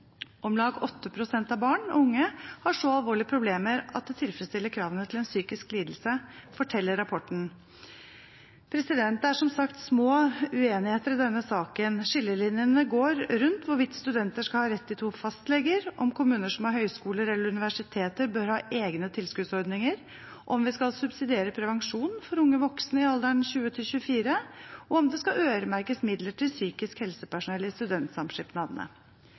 Om lag 8 pst. av barn og unge har så alvorlige problemer at det tilfredsstiller kravene til en psykisk lidelse, forteller rapporten. Det er som sagt små uenigheter i denne saken. Skillelinjene går rundt hvorvidt studenter skal ha rett til to fastleger, om kommuner som har høyskoler eller universiteter, bør ha egne tilskuddsordninger, om vi skal subsidiere prevensjon for unge voksne i alderen 20–24 år, og om det skal øremerkes midler til psykisk helsepersonell i studentsamskipnadene.